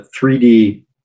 3d